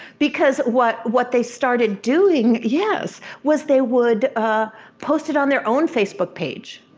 because what what they started doing, yes, was they would post it on their own facebook page,